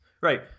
right